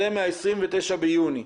זה מ-29 ביוני.